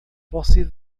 você